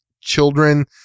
children